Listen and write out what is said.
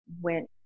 went